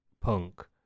punk